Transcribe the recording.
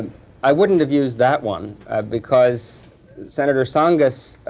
i wouldn't have used that one because senator tsongas